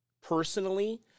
personally